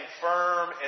firm